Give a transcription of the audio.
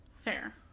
Fair